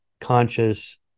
conscious